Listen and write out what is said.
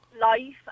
life